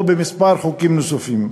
או בכמה חוקים נוספים.